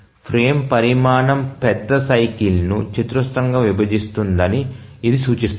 frame పరిమాణం పెద్ద cycle ని చతురస్రంగా విభజిస్తుందని ఇది సూచిస్తుంది